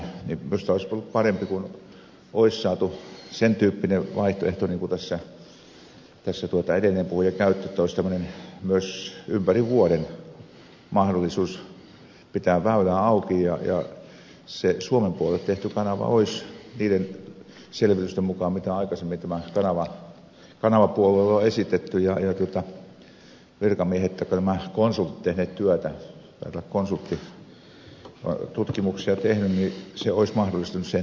olisi minusta ollut parempi kun olisi saatu sen tyyppinen vaihtoehto kuin tässä edellinen puhuja sanoi että olisi myös ympäri vuoden mahdollisuus pitää väylää auki ja se suomen puolelle tehty kanava olisi niiden selvitysten mukaan mitä aikaisemmin kanavapuolueelle on esitetty ja virkamiehet taikka konsultit tehneet työtä taitaa olla konsultti tutkimuksia tehnyt mahdollistanut sen tyyppisen toiminnan